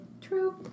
True